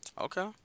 Okay